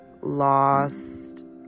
lost